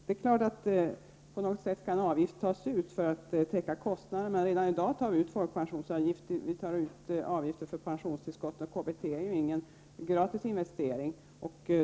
Det är klart att en avgift på något sätt måste tas ut för att täcka kostnaderna, men redan i dag tar vi ju ut folkpensionsavgift och avgift för pensionstillskott. KBT är ju inte heller gratis.